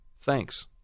Thanks